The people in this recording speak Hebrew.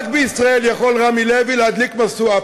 רק בישראל יכול רמי לוי להדליק משואה.